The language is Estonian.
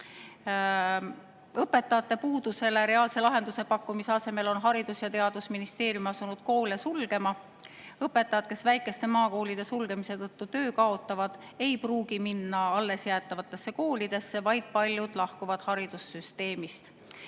Õpetajate puuduse [probleemile] reaalse lahenduse pakkumise asemel on Haridus‑ ja Teadusministeerium asunud koole sulgema. Õpetajad, kes väikeste maakoolide sulgemise tõttu töö kaotavad, ei pruugi minna allesjäetavatesse koolidesse, vaid paljud lahkuvad haridussüsteemist.